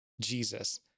Jesus